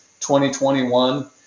2021